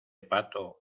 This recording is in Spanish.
pato